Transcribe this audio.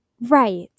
Right